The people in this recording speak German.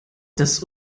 das